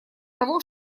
того